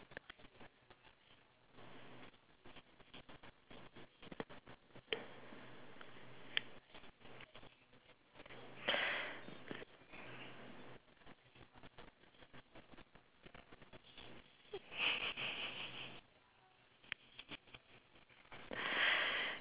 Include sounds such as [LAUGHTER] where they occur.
[LAUGHS]